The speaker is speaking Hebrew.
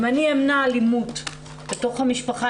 אם אני אמנע אלימות בתוך המשפחה,